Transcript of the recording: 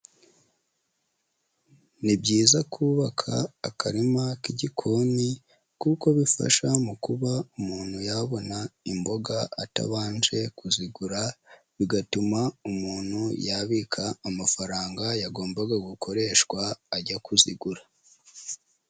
Ni byiza kubaka akarima k'igikoni kuko bifasha mu kuba umuntu yabona imboga atabanje kuzigura, bigatuma umuntu yabika amafaranga yagombaga gukoreshwa ajya kuzigura.